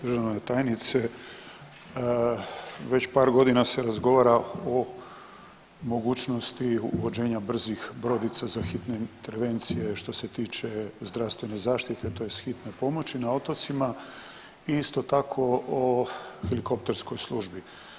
Državna tajnice, već par godina se razgovara o mogućnosti uvođenja brzih brodica za hitne intervencije što se tiče zdravstvene zaštite tj. hitne pomoći na otocima i isto tako o helikopterskoj službi.